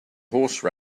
horse